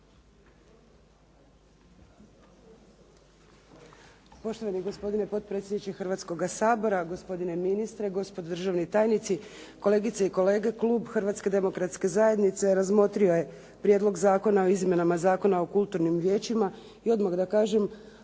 Hrvatske demokratske zajednice